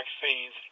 vaccines